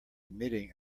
emitting